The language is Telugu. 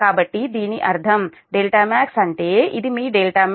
కాబట్టి దీని అర్థం δmax అంటే ఇది మీ δmax